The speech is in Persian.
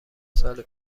سال